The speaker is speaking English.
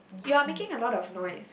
you are making a lot of noise